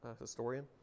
historian